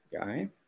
guy